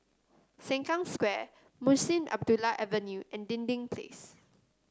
Sengkang Square Munshi Abdullah Avenue and Dinding Place